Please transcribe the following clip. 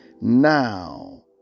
Now